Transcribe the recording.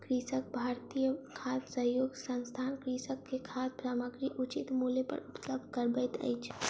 कृषक भारती खाद्य सहयोग संस्थान कृषक के खाद्य सामग्री उचित मूल्य पर उपलब्ध करबैत अछि